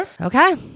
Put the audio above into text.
Okay